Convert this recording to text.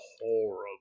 horrible